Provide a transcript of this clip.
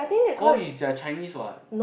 国语 is their Chinese what